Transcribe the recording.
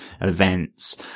events